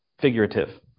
figurative